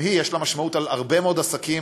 גם לה יש משמעות להרבה מאוד עסקים,